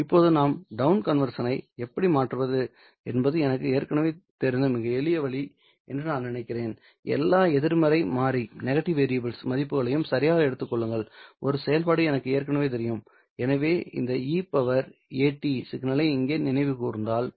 இப்போது நாம் down conversion ஐ எப்படி மாற்றுவது என்பது எனக்கு ஏற்கனவே தெரிந்த மிக எளிய வழி என்று நான் நினைக்கிறேன் எல்லா எதிர்மறை மாறி மதிப்புகளையும் சரியாக எடுத்துக் கொள்ளும் ஒரு செயல்பாடு எனக்கு ஏற்கனவே தெரியும்எனவே இந்த e at சிக்னலை இங்கே நினைவு கூர்ந்தால்